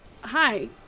Hi